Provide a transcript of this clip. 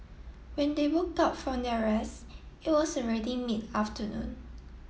when they woke up from their rest it was already mid afternoon